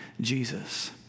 Jesus